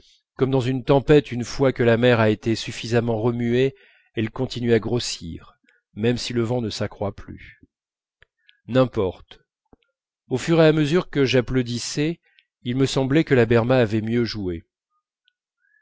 comme dans une tempête une fois que la mer a été suffisamment remuée elle continue à grossir même si le vent ne s'accroît plus n'importe au fur et à mesure que j'applaudissais il me semblait que la berma avait mieux joué